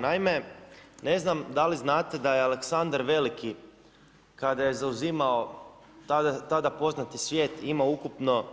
Naime, ne znam dali znate da je Aleksandar Veliki kada je zauzimao tada poznati svijet imao ukupno